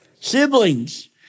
Siblings